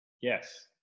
Yes